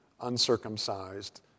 uncircumcised